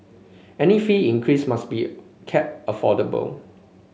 any fee increase must be kept affordable